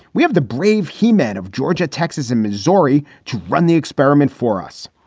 we have the brave heman of georgia, texas and missouri to run the experiment for us.